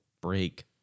break